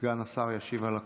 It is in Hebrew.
סגן השר ישיב על הכול?